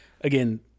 Again